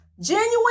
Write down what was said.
genuine